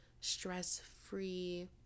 stress-free